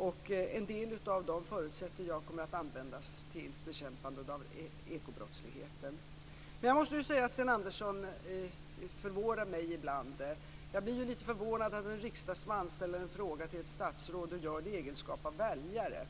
Jag förutsätter att en del av dem kommer att användas till bekämpandet av ekobrottsligheten. Jag måste säga att Sten Andersson ibland förvånar mig. Jag blir litet förvånad när en riksdagsman ställer en fråga till ett statsråd och gör det i egenskap av väljare.